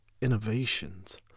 innovations